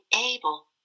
able